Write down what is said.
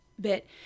bit